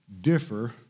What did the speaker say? differ